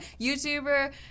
YouTuber